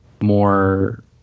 more